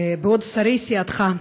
בעוד שרי סיעתך,